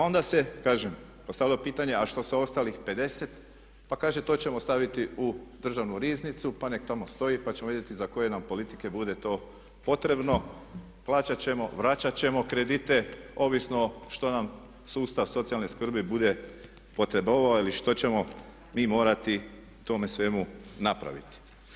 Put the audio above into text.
Onda se kažem, postavilo pitanje a što sa ostalih 50, pa kaže to ćemo staviti u državnu riznicu pa neka tamo stoji pa ćemo vidjeti za koje nam politike bude to potrebno, plaćati ćemo, vraćati ćemo kredite, ovisno što nam sustav socijalne skrbi bude potrebovao ili što ćemo mi morati tome svemu napraviti.